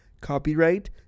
Copyright